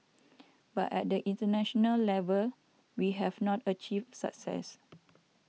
but at the international level we have not achieved success